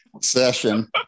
session